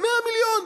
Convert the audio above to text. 100 מיליון.